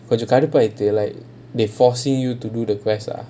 கொஞ்ச கடுப்பு ஆயிடுச்சி:konja kadupu aayeduchi like they forcing you to do the quest ah